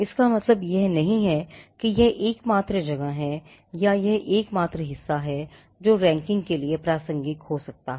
इसका मतलब यह नहीं है कि यह एकमात्र जगह है या यह एकमात्र हिस्सा है जो रैंकिंग के लिए प्रासंगिक हो सकता है